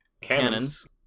cannons